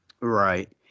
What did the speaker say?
Right